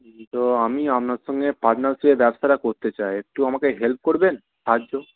তো আমি আপনার সঙ্গে পার্টনারশিপে ব্যবসাটা করতে চাই একটু আমাকে হেল্প করবেন সাহায্য